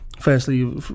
Firstly